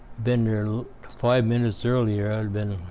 been there five minutes earlier, i'd been